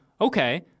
okay